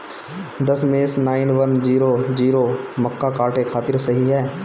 दशमेश nine one zero zero मक्का काटे खातिर सही ह?